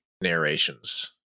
narrations